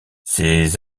ces